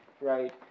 right